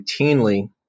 routinely